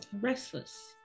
Restless